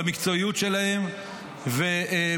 במקצועיות שלהם ובעצמאותם.